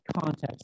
context